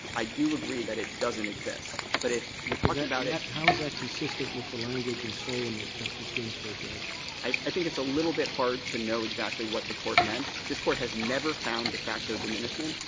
i do agree that it doesn't exist. but if you're talking about it roberts how is that consistent with the language in solem that justice ginsburg read? kedem i i think it's a little bit hard to know exactly what the court meant. this court has never found de facto diminishment.